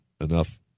enough